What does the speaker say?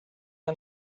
and